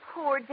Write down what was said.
Poor